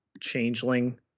changeling